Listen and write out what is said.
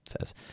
says